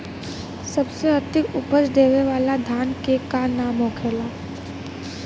सबसे अधिक उपज देवे वाला धान के का नाम होखे ला?